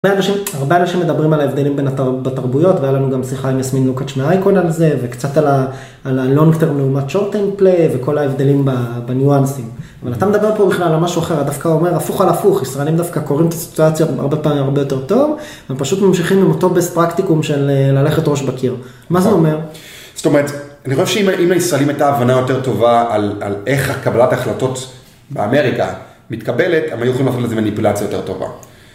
הרבה אנשים מדברים על ההבדלים בין התרבויות והיה לנו גם שיחה עם יסמין לוקאץ' מאייקון על זה וקצת על הלונג טרם לעומת שורט טרם פליי וכל ההבדלים בניואנסים. אבל אתה מדבר פה בכלל על משהו אחר, אתה דווקא אומר, הפוך על הפוך, ישראלים דווקא קוראים את הסיטואציות הרבה פעמים הרבה יותר טוב, הם פשוט ממשיכים עם אותו בסט-פרקטיקום של ללכת ראש בקיר. מה זה אומר? זאת אומרת, אני חושב שאם לישראלים הייתה הבנה יותר טובה על איך הקבלת החלטות באמריקה מתקבלת, הם היו יכולים לעשות על זה מניפולציה יותר טובה.